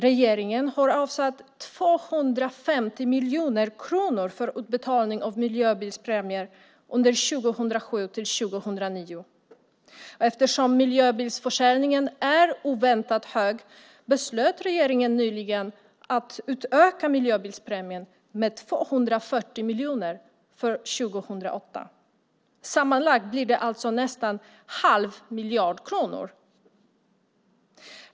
Regeringen har avsatt 250 miljoner kronor för utbetalning av miljöbilspremier 2007-2009. Eftersom miljöbilsförsäljningen är oväntat hög beslutade regeringen nyligen att utöka miljöbilspremien med 240 miljoner för 2008. Sammanlagt blir det alltså nästan 1⁄2 miljard kronor.